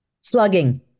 Slugging